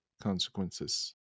consequences